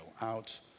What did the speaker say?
out